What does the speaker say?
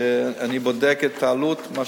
שאני בודק את העלות, מה